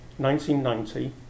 1990